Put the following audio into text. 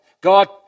God